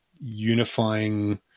unifying